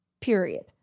Period